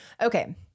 Okay